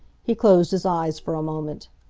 he closed his eyes for a moment.